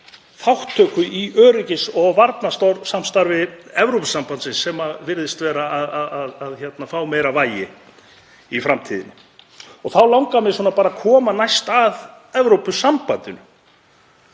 þátttöku í öryggis- og varnarsamstarfi Evrópusambandsins sem virðist vera að fá meira vægi í framtíðinni. Þá langar mig í fjórða lagi að koma að Evrópusambandinu